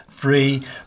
Free